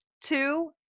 two